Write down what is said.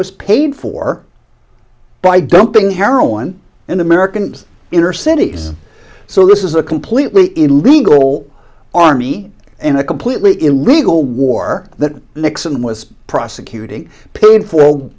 was paid for by dumping heroin in american inner cities so this is a completely illegal army in a completely illegal war that nixon was prosecuting pai